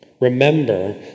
Remember